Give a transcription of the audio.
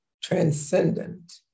transcendent